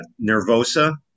Nervosa